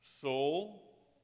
Soul